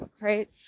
Right